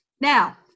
Now